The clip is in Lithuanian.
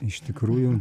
iš tikrųjų